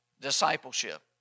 discipleship